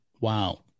wow